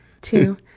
Two